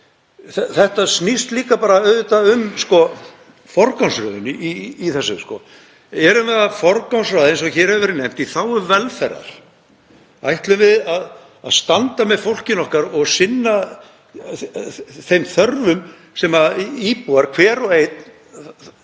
Þetta snýst líka um forgangsröðun. Í þessu erum við að forgangsraða eins og hér hefur verið nefnt, í þágu velferðar. Ætlum við að standa með fólkinu okkar og sinna þeim þörfum sem íbúar, hver og einn